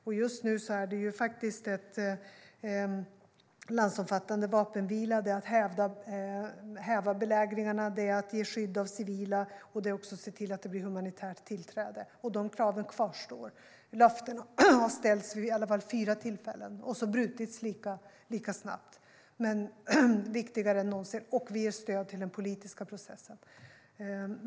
Just nu är det en landsomfattande vapenvila, att häva belägringarna, ge skydd åt civila och se till att det blir humanitärt tillträde. De kraven kvarstår. Löftena har getts vid i alla fall fyra tillfällen - och brutits lika snabbt. Det är dock viktigare än någonsin. Vi ger också stöd till den politiska processen.